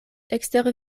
ekster